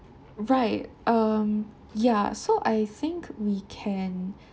right um yeah so I think we can